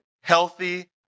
healthy